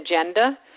agenda